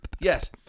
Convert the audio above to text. Yes